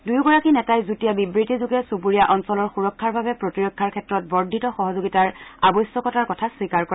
দুয়োগৰাকী নেতাই যুটীয়া বিবৃতিযোগে চুবুৰীয়া অঞ্চলৰ সুৰক্ষাৰ বাবে প্ৰতিৰক্ষাৰ ক্ষেত্ৰত বৰ্ধিত সহযোগিতাৰ আৱশ্যকতাৰ কথা স্বীকাৰ কৰে